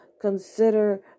consider